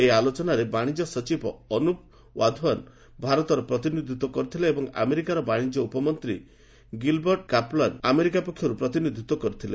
ଏହି ଆଲୋଚନାରେ ବାଶିଜ୍ୟ ସଚିବ ଅନ୍ରପ ୱାଧାଓୁନ୍ ଭାରତର ପ୍ରତିନିଧିତ୍ୱ କରିଥିଲେ ଏବଂ ଆମେରିକାର ବାଣିଜ୍ୟ ଉପମନ୍ତ୍ରୀ ଗିଲ୍ବର୍ଟ କାପ୍ଲାନ୍ ଆମେରିକା ପକ୍ଷରୁ ପ୍ରତିନିଧିତ୍ୱ କରିଥିଲେ